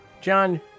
John